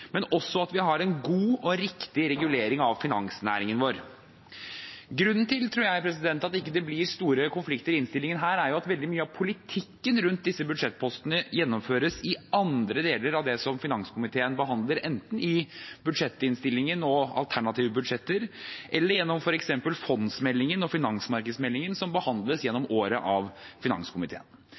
men også at vi har en god og riktig regulering av finansnæringen vår. Jeg tror at grunnen til at det ikke blir store konflikter i innstillingen her, er at veldig mye av politikken rundt disse budsjettpostene gjennomføres i andre deler av det som finanskomiteen behandler gjennom året, enten i budsjettinnstillingen og alternative budsjetter eller gjennom f.eks. fondsmeldingen og finansmarkedsmeldingen. Derfor er dette en innstilling som